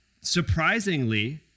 surprisingly